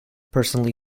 personally